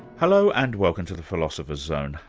hello, and welcome to the philosopher's zone.